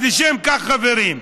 אז לשם כך, חברים,